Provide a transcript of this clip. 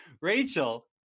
rachel